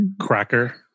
Cracker